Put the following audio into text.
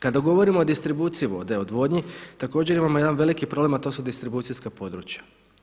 Kada govorim o distribuciji vode, odvodnji također imamo jedan veliki problem a to su distribucijska područja.